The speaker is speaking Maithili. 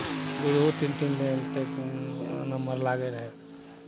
दू दू तीन तीन दिन तक नम्मर लागै रहै